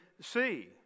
see